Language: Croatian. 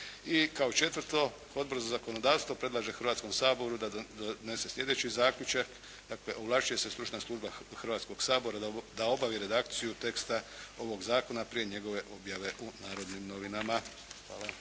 I kao četvrto, Odbor za zakonodavstvo predlaže Hrvatskom saboru da donese sljedeći zaključak. Dakle, ovlašćuje se stručna služba Hrvatskog sabora da obavi redakciju teksta ovog zakona prije njegove objave u "Narodnim novinama". Hvala.